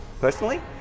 personally